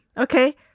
Okay